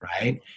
right